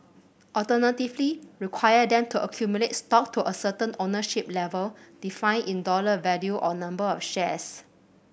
alternatively require them to accumulate stock to a certain ownership level defined in dollar value or number of shares